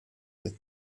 with